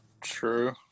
True